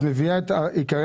את מביאה את עיקרי